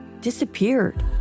disappeared